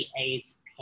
AIDS